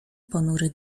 ponury